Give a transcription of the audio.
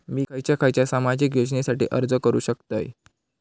मी खयच्या खयच्या सामाजिक योजनेसाठी अर्ज करू शकतय?